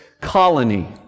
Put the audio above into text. colony